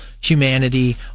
humanity